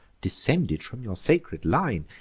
descended from your sacred line,